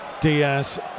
Diaz